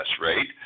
rate